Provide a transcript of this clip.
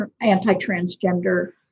anti-transgender